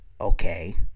okay